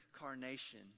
incarnation